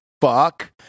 fuck